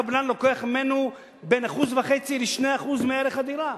הקבלן לוקח ממנו בין 1.5% ל-2% מערך הדירה,